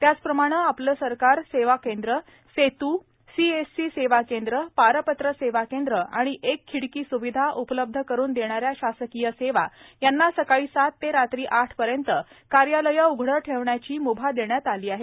त्याचप्रमाणे आपले सरकार सेवा केंद्र सेतू सीएससी सेवा केंद्र पारपत्र सेवा केंद्र आणि एक खिडकी सुविधा उपलब्ध करून देणाऱ्या शासकीय सेवा यांना सकाळी सात ते रात्री आठ पर्यंत कार्यालये उघडे ठेवण्याची मुभा देण्यात आली आहे